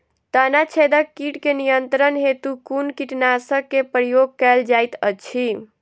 तना छेदक कीट केँ नियंत्रण हेतु कुन कीटनासक केँ प्रयोग कैल जाइत अछि?